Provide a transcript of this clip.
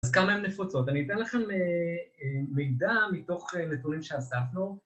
אז כמה הן נפוצות? אני אתן לכם מידע מתוך נתונים שאספנו